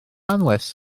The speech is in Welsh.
anwes